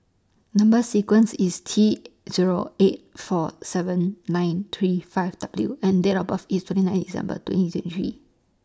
Number sequence IS T Zero eight four seven nine three five W and Date of birth IS twenty nine December twenty twenty three